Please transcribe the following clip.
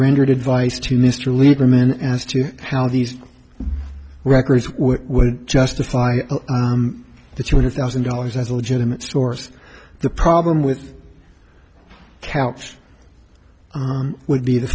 rendered advice to mr lieberman as to how these records were it wouldn't just apply the two hundred thousand dollars as a legitimate source the problem with coutts would be the